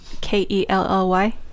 K-E-L-L-Y